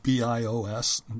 BIOS